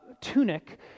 tunic